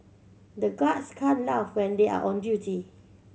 the guards can't laugh when they are on duty